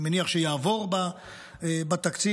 ואני מניח שיעבור בתקציב.